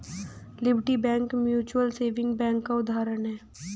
liberty Bank mutual saving bank का उदाहरण है